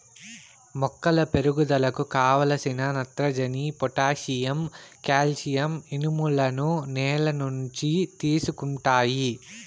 మొక్కల పెరుగుదలకు కావలసిన నత్రజని, పొటాషియం, కాల్షియం, ఇనుములను నేల నుంచి తీసుకుంటాయి